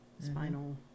spinal